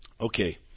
Okay